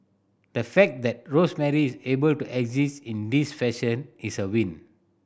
the fact that Rosemary is able to exit in this fashion is a win